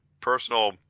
personal